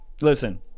listen